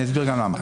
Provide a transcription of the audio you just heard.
אני גם אסביר למה.